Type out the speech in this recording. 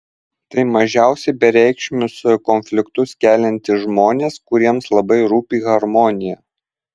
tai mažiausiai bereikšmius konfliktus keliantys žmonės kuriems labai rūpi harmonija